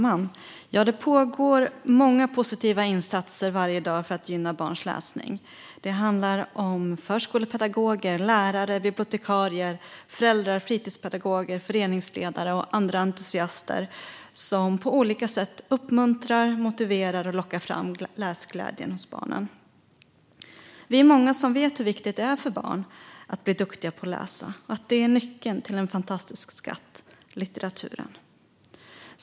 Fru talman! Det pågår många positiva insatser varje dag för att gynna barns läsning. Det handlar om förskolepedagoger, lärare, bibliotekarier, föräldrar, fritidspedagoger, föreningsledare och andra entusiaster som på olika sätt uppmuntrar, motiverar och lockar fram läsglädjen hos barnen. Vi är många som vet hur viktigt det är för barn att bli duktiga på att läsa. Det är nyckeln till en fantastisk skatt, litteraturen.